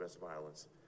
violence